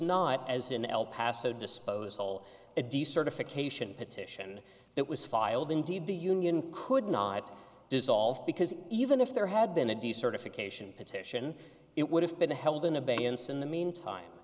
not as in el paso disposal a decertification petition that was filed indeed the union could not dissolve because even if there had been a decertification petition it would have been held in abeyance in the meantime